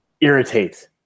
irritate